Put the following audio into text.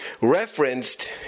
referenced